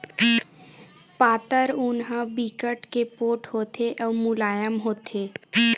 पातर ऊन ह बिकट के पोठ होथे अउ मुलायम होथे